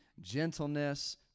gentleness